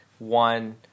one